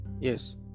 Yes